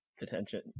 attention